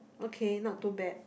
okay not too bad